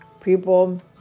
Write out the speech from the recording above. people